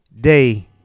day